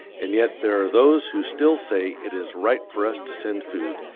and yet there are those who still say it is right for us to send food,